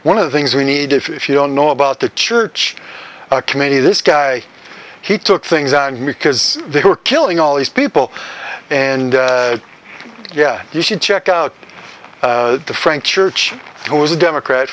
one of the things we need if you don't know about the church committee this guy he took things on because they were killing all these people and yeah you should check out the frank church who was a democrat